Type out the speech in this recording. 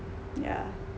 yeah